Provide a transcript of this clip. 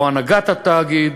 או הנהגת התאגיד,